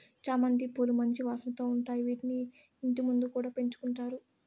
చామంతి పూలు మంచి వాసనతో ఉంటాయి, వీటిని ఇంటి ముందు కూడా పెంచుకుంటారు